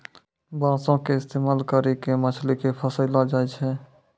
बांसो के इस्तेमाल करि के मछली के फसैलो जाय छै